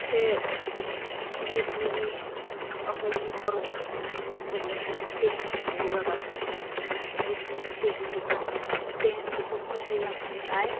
ꯁꯦ ꯅꯨꯃꯤꯠ ꯅꯤꯅꯤ ꯑꯩꯈꯣꯏ ꯃꯤ ꯇꯔꯨꯛ ꯍꯥꯏꯛꯀꯤꯡ ꯆꯠꯂꯦ ꯇꯦꯟꯠ ꯄꯨꯔꯒ ꯅꯨꯃꯤꯠ ꯅꯤꯅꯤ ꯇꯦꯟꯠꯗ ꯇꯨꯝꯃꯦ ꯇꯦꯟꯠꯗ ꯇꯨꯝꯕꯁꯦ ꯌꯥꯝꯅ ꯅꯨꯡꯉꯥꯏ